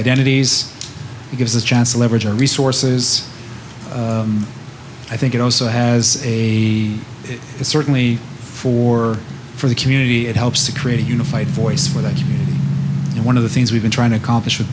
identities it gives a chance to leverage our resources i think it also has a certainly for for the community it helps to create a unified voice for that and one of the things we've been trying to accomplish with